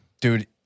Dude